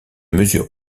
mesure